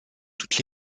toutes